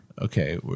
Okay